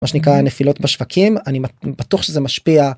מה נקרא נפילות בשווקים. אני בטוח שזה משפיע